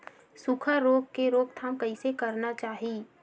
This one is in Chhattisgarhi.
सुखा रोग के रोकथाम कइसे करना चाही?